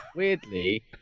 Weirdly